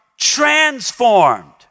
Transformed